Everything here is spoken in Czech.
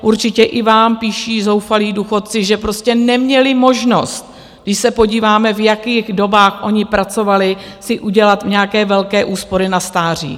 Určitě i vám píší zoufalí důchodci, že prostě neměli možnost když se podíváme, v jakých dobách oni pracovali si udělat nějaké velké úspory na stáří.